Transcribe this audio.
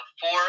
four